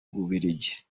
bubiligi